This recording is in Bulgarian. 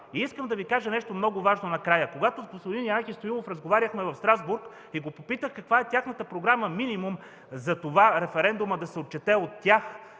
Искам да Ви кажа накрая нещо много важно. Когато с господин Янаки Стоилов разговаряхме в Страсбург и го попитах каква е тяхната програма минимум за това референдумът да се отчете от тях